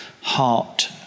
heart